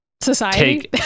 society